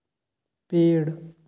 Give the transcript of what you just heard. पेड़